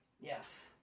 Yes